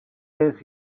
jest